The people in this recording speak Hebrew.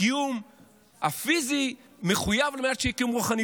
הקיום הפיזי מחויב על מנת שיהיה קיום רוחני.